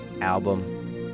album